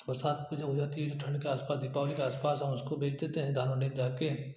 बरसात को जब हो जाती है ठण्ड के आसपास दीपावली के आसपास हम उसको बेच देते हैं धान हो ले जाके